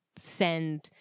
send